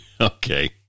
okay